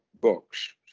books